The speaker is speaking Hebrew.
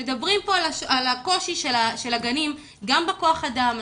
מדברים פה על הקושי של הגנים גם בכוח אדם.